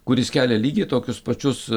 kuris kelia lygiai tokius pačius